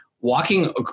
walking